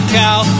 cow